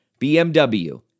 BMW